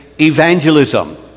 evangelism